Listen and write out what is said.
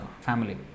family